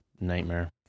Nightmare